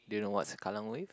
do you know what's Kallang Wave